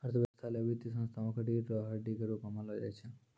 अर्थव्यवस्था ल वित्तीय संस्थाओं क रीढ़ र हड्डी के रूप म मानलो जाय छै